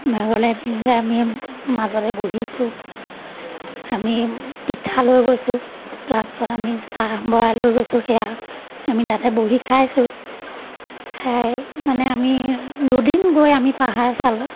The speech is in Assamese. ভাগৰ লাগি আমি মাজতে বহিছোঁ আমি পিঠা লৈ গৈছোঁ ফ্লাক্সত আমি চাহ ভৰাই লৈ গৈছোঁ সেয়া আমি তাতে বহি খাইছোঁ খাই মানে আমি দুদিন গৈ আমি পাহাৰ চালোঁ